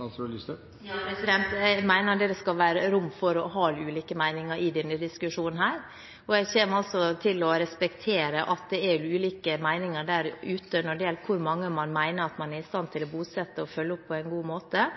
Jeg mener det skal være rom for å ha ulike meninger i denne diskusjonen. Jeg kommer til å respektere at det er ulike meninger der ute når det gjelder hvor mange man mener at man er i stand til å bosette og følge opp på en god måte.